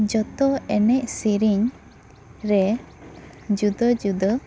ᱡᱚᱛᱚ ᱮᱱᱮᱡ ᱥᱤᱨᱤᱧ ᱨᱮ ᱡᱩᱫᱟᱹ ᱡᱩᱫᱟᱹ